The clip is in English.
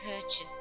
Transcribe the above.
purchase